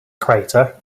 crater